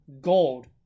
gold